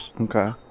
Okay